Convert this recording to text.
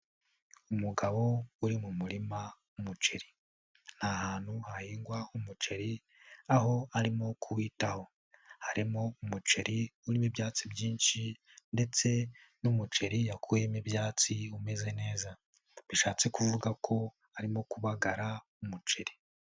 Umugabo uri mu murima w'umuceri, ni hantu hahingwa umuceri aho arimo kuwitaho, harimo umuceri urimo ibyatsi byinshi ndetse n'umuceri yakuyemo ibyatsi umeze neza, bishatse kuvuga ko arimo kubagara umuceri.